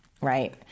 right